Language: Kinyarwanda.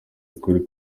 ukuri